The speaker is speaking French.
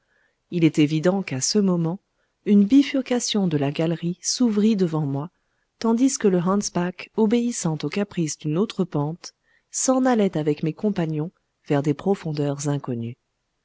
il est évident qu'à ce moment une bifurcation de la galerie s'ouvrit devant moi tandis que le hans bach obéissant aux caprices d'une autre pente s'en allait avec mes compagnons vers des profondeurs inconnues